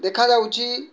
ଦେଖାଯାଉଛି